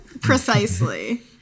Precisely